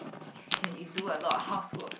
you do a lot of housework